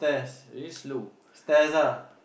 really slow